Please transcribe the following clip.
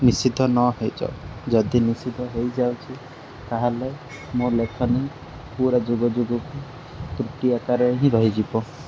ନିଶ୍ଚିତ ନ ହେଇଯାଉ ଯଦି ନିଶ୍ଚିତ ହେଇଯାଉଛି ତାହେଲେ ମୋ ଲେଖନୀ ପୁରା ଯୁଗ ଯୁଗକୁ ତ୍ରୁଟି ଆକାରରେ ହିଁ ରହିଯିବ